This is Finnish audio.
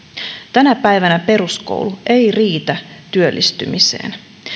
tänä päivänä peruskoulu ei riitä työllistymiseen